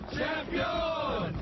Champion